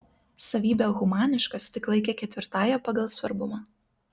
savybę humaniškas tik laikė ketvirtąja pagal svarbumą